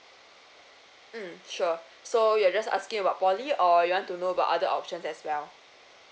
mm sure so you're just asking about poly or you want to know about other options as well